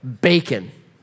Bacon